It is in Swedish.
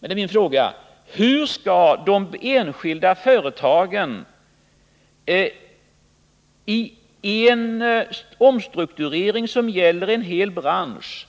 Då är min fråga: Hur skall de enskilda företagen i en omstrukturering som gäller en hel bransch